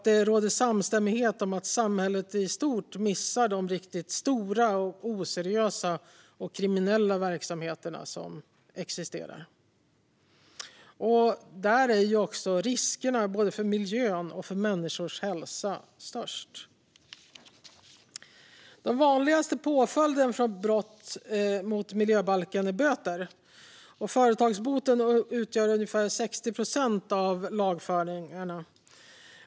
Det råder samstämmighet om att samhället i stort missar de riktigt stora, oseriösa och kriminella verksamheterna. Där är också riskerna för både miljön och människors hälsa störst. Den vanligaste påföljden för brott mot miljöbalken är böter. Företagsbot utgör ungefär 60 procent av de utdömda påföljderna.